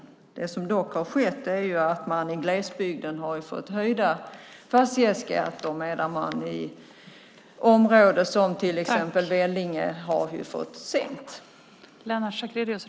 Det som dock har skett är att man i glesbygden har fått höjda fastighetsskatter medan man i områden som till exempel Vellinge har fått sänkta skatter.